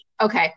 Okay